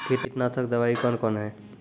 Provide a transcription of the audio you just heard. कीटनासक दवाई कौन कौन हैं?